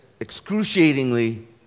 excruciatingly